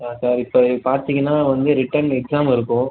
sir இப்போ பார்த்திங்கன்னா வந்து ரிட்டன் எக்ஸாம் இருக்கும்